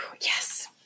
yes